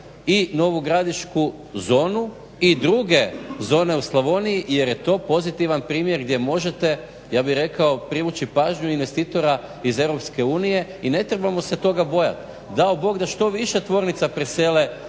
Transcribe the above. i Novu Gradišku zonu i druge zone u Slavoniji jer je to pozitivan primjer gdje možete ja bih rekao privući pažnju investitora iz EU i ne trebamo se toga bojati. Dao Bog da što više tvornica presele